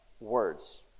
words